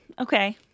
Okay